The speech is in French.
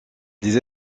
les